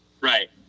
Right